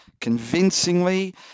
convincingly